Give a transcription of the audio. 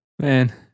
man